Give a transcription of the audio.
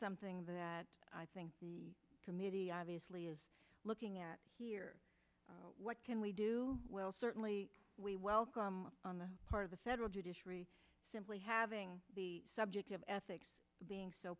something that i think the committee obviously is looking at here what can we do well certainly we welcome on the part of the federal judiciary simply having the subject of ethics being so